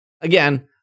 again